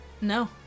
No